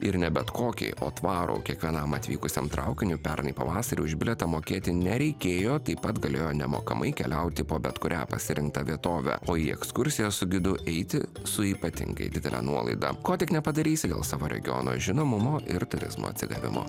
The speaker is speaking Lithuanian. ir ne bet kokį o tvarų kiekvienam atvykusiam traukiniu pernai pavasarį už bilietą mokėti nereikėjo taip pat galėjo nemokamai keliauti po bet kurią pasirinktą vietovę o į ekskursiją su gidu eiti su ypatingai didele nuolaida ko tik nepadarysi dėl savo regiono žinomumo ir turizmo atsigavimo